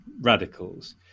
radicals